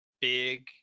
big